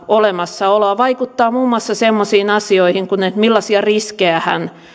olemassaoloa vaikuttaa muun muassa semmoisiin asioihin kuin millaisia riskejä hän